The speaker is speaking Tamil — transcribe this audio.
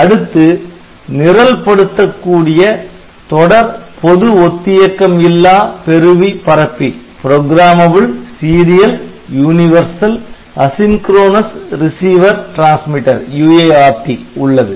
அடுத்து நிரல் படுத்தக்கூடிய தொடர் பொது ஒத்தியக்கம் இல்லா பெறுவி பரப்பி உள்ளது